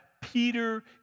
Peter